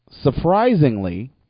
surprisingly